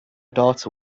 daughter